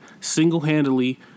single-handedly